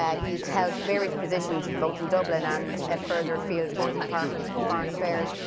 ah he's held various positions both in dublin and ah further afield for the department of foreign affairs.